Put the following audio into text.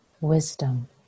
wisdom